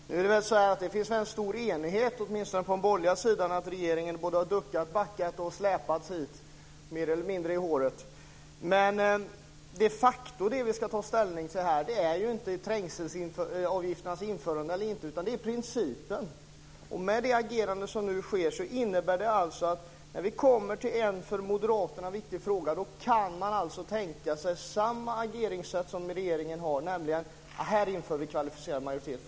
Fru talman! Det finns en stor enighet åtminstone på den borgerliga sidan om att regeringen borde ha duckat, backat och släpats hit mer eller mindre i håret. Det vi ska ta ställning till här är ju inte trängselavgifternas införande eller inte, utan det är principen. Med det agerande som nu sker innebär det att när vi kommer till en för Moderaterna viktig fråga kan man tänka sig samma ageringssätt som regeringen har, nämligen att man inför kvalificerad majoritet.